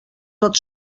tot